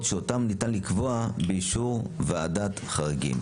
שאותם ניתן לקבוע באישור ועדת חריגים.